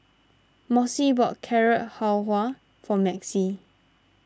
Mossie bought Carrot Halwa for Maxie